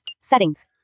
Settings